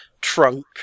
trunk